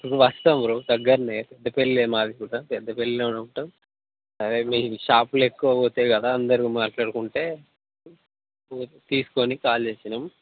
వస్తాం బ్రో దగ్గరనే పెద్దపల్లే మాది కూడా పెద్దపల్లిలోనే ఉంటాం అదే మీ షాపులో ఎక్కువ పోతాయి కదా అందరూ మాట్లాడకుంటే ఫోన్ తీసుకొని కాల్ చేసినాం